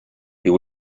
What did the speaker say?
you